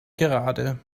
gerade